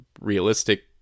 realistic